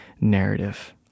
narrative